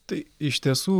tai iš tiesų